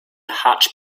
hotch